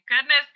goodness